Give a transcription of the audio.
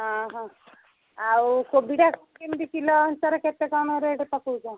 ଆଉ କୋବିଟା କେମିତି କିଲୋ ହିସାବରେ କେତେ କଣ ରେଟ୍ ପକେଇଛ